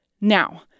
Now